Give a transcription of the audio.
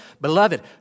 Beloved